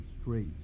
straight